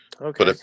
Okay